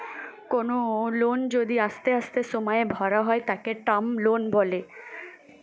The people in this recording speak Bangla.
কোনো লোন যদি আস্তে আস্তে সময়ে ভরা হয় তাকে টার্ম লোন বলে